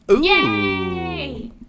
Yay